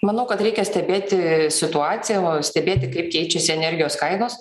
manau kad reikia stebėti situaciją stebėti kaip keičiasi energijos kainos